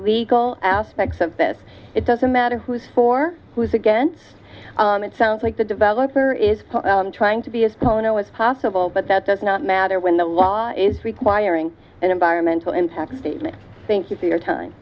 legal aspects of best it doesn't matter who's for who's against it sounds like the developer is trying to be a stoner was possible but that does not matter when the law is requiring an environmental impact statement thank you for your time